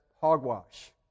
hogwash